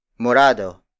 Morado